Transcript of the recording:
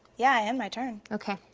yeah, i end my turn. okay.